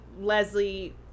Leslie